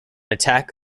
attack